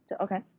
Okay